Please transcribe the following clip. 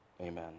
amen